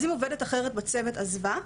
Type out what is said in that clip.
אז אם עובדת אחרת בצוות עזבה,